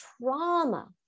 trauma